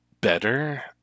better